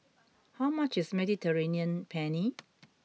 how much is Mediterranean Penne